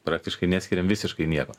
praktiškai neskiriam visiškai nieko